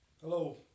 Hello